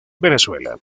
venezuela